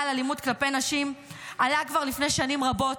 על אלימות כלפי נשים עלה כבר לפני שנים רבות,